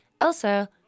Elsa